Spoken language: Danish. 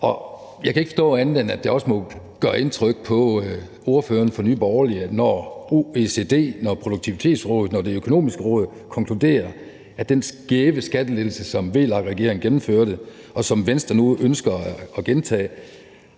Jeg kan ikke forstå andet, end at det også må gøre indtryk på ordføreren for Nye Borgerlige, at OECD, Produktivitetsrådet og Det Økonomiske Råd konkluderer, at den skæve skattelettelse, som VLAK-regeringen gennemførte, og som Venstre nu ønsker at gentage,